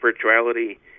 spirituality